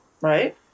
Right